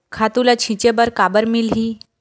खातु ल छिंचे बर काबर मिलही?